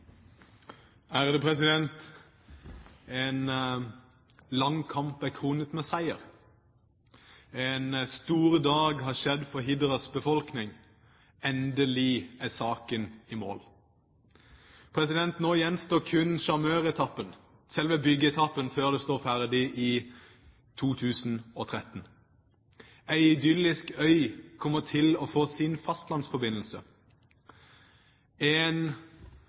kronet med seier. En stor dag har kommet for Hidras befolkning. Endelig er saken i mål. Nå gjenstår kun sjarmøretappen, selve byggeetappen, før dette står ferdig i 2013. En idyllisk øy kommer til å få sin fastlandsforbindelse. En